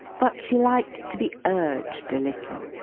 but she liked to be urged a little,